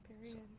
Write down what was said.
Period